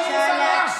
ומפיץ פייק ניוז.